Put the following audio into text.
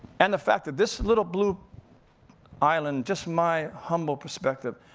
and the fact that this little blue island, just my humble perspective,